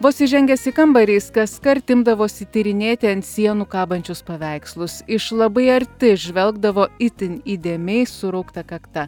vos įžengęs į kambarį jis kaskart imdavosi tyrinėti ant sienų kabančius paveikslus iš labai arti žvelgdavo itin įdėmiai suraukta kakta